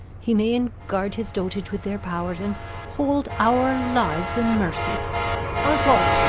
he may enguard his dotage with their pow'rs and hold our lives in mercy oswald,